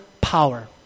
power